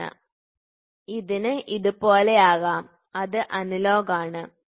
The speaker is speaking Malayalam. അതിനാൽ ഇതിന് ഇതു പോലെ ആകാം ഇത് അനലോഗാണ് ശരി